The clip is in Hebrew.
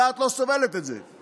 הדעת לא סובלת את זה.